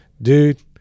Dude